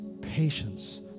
patience